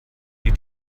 die